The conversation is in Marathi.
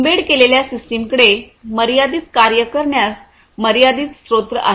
एम्बेड केलेल्या सिस्टमकडे मर्यादित कार्ये करण्यास मर्यादित स्त्रोत आहेत